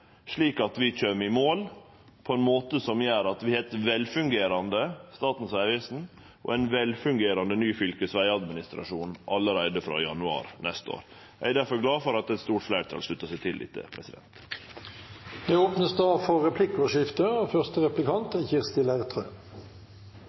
slik at vi kjem i mål på ein måte som gjer at vi har eit velfungerande Statens vegvesen og ein velfungerande ny fylkesvegadministrasjon allereie frå januar neste år. Eg er difor glad for at eit stort fleirtal sluttar seg til dette. Det blir replikkordskifte. Vi kan være enige om at denne omorganiseringen er komplisert, og